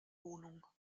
wohnung